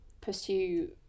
pursue